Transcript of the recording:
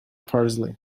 parsley